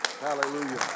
Hallelujah